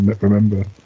remember